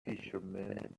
fisherman